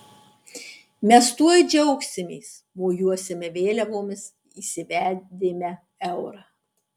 mes tuoj džiaugsimės mojuosime vėliavomis įsivedėme eurą